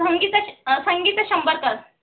Sangeeta Sangeeta Shambharkar